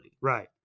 right